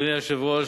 וגיבור,